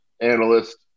analyst